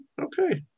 Okay